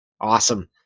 Awesome